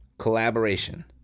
collaboration